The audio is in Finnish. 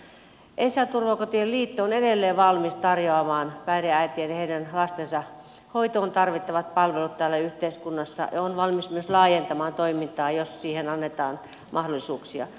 ensi ja turvakotien liitto on edelleen valmis tarjoamaan päihdeäitien ja heidän lastensa hoitoon tarvittavat palvelut täällä yhteiskunnassa ja on valmis myös laajentamaan toimintaa jos siihen annetaan mahdollisuuksia